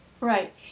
Right